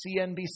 CNBC